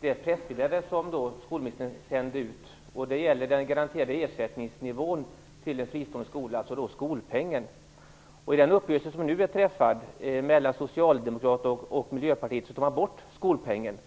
det pressmeddelande som skolministern sände ut. Det gäller den garanterade ersättningsnivån till en fristånde skola, dvs. skolpengen. I den uppgörelse som nu är träffad mellan Socialdemokraterna och Miljöpartiet tar man bort skolpengen.